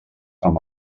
amb